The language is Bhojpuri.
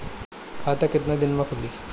खाता कितना दिन में खुलि?